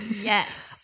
yes